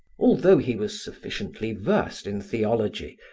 although he was sufficiently versed in theology,